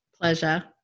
Pleasure